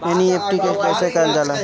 NEFT कइसे कइल जाला?